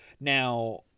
Now